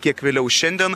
kiek vėliau šiandien